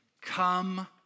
Come